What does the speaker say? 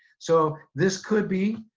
so, this could be